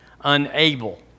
unable